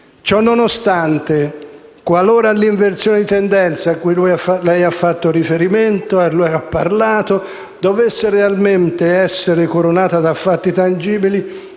Ciononostante, qualora l'inversione di tendenza cui lei ha fatto riferimento dovesse realmente essere coronata da fatti tangibili,